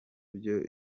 byo